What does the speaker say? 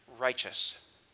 righteous